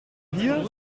hier